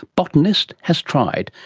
botanist, has tried,